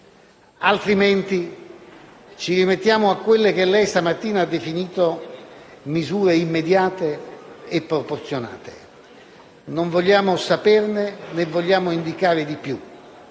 Altrimenti, ci rimettiamo a quelle che stamattina lei, signor Ministro, ha definito misure immediate e proporzionate. Non vogliamo saperne, né vogliamo indicare di più,